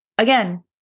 Again